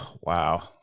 Wow